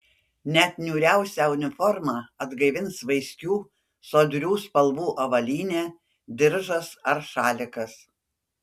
net niūriausią uniformą atgaivins vaiskių sodrių spalvų avalynė diržas ar šalikas